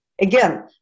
Again